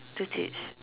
to teach